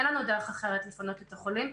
אין לנו דרך אחרת לפנות את החולים.